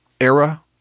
era